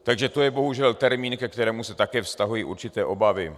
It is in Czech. Takže to je bohužel termín, ke kterému se také vztahují určité obavy.